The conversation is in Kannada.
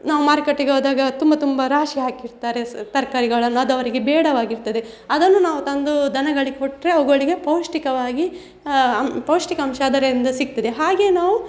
ನಾವು ಮಾರ್ಕೆಟಿಗೆ ಹೋದಾಗ ತುಂಬ ತುಂಬ ರಾಶಿ ಹಾಕಿರ್ತಾರೆ ಸಹ ತರಕಾರಿಗಳನ್ನು ಅದು ಅವರಿಗೆ ಬೇಡವಾಗಿರ್ತದೆ ಅದನ್ನು ನಾವು ತಂದು ದನಗಳಿಗೆ ಕೊಟ್ಟರೆ ಅವುಗಳಿಗೆ ಪೌಷ್ಟಿಕವಾಗಿ ಪೌಷ್ಟಿಕಾಂಶ ಅದರಿಂದ ಸಿಕ್ತದೆ ಹಾಗೆಯೇ ನಾವು